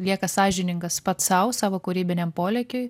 lieka sąžiningas pats sau savo kūrybiniam polėkiui